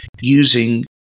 using